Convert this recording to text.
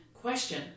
question